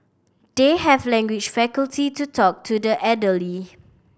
they have language faculty to talk to the elderly